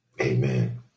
Amen